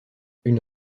une